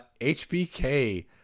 HBK